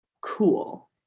Cool